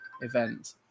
event